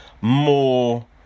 more